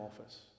office